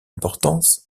importance